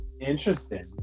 Interesting